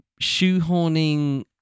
shoehorning